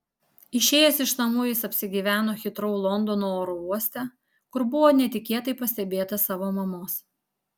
išėjęs iš namų jis apsigyveno hitrou londono oro uoste kur buvo netikėtai pastebėtas savo mamos